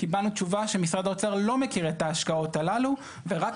קיבלנו תשובה שמשרד האוצר לא מכיר את ההשקעות הללו ורק